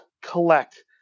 collect